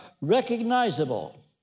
recognizable